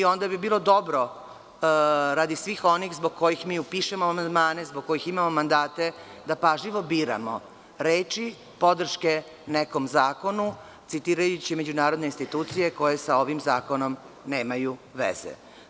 Onda bi bilo dobro radi svih onih zbog kojih mi pišemo amandmane, zbog kojih imamo mandate, da pažljivo biramo reči podrške nekom zakonu citirajući međunarodne institucije koje sa ovim zakonom nemaju veze.